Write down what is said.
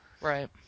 Right